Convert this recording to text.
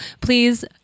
Please